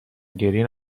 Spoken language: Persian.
گریه